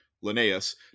Linnaeus